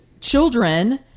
children